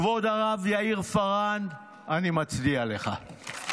כבוד הרב יאיר פארן, אני מצדיע לך.